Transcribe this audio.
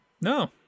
No